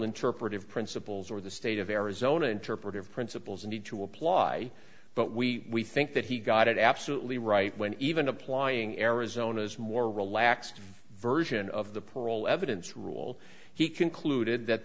interpretive principles or the state of arizona interpretive principles need to apply but we think that he got it absolutely right when even applying arizona's more relaxed version of the parole evidence rule he concluded that